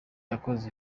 yakoze